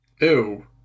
Ew